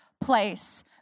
place